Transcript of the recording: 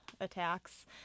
attacks